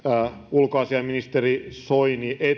ulkoasiainministeri soini